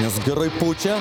nes gerai pučia